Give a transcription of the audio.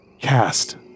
cast